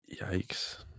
Yikes